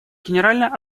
генеральная